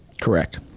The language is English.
correct.